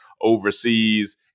overseas